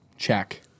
Check